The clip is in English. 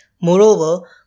Moreover